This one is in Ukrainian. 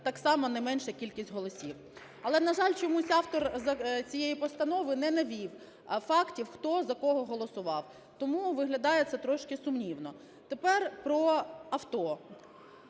так само не менша кількість голосів. Але, на жаль, чомусь автор цієї постанови не навів фактів, хто за кого голосував, тому виглядає це трошки сумнівно. Тепер, про авто.